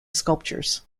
sculptures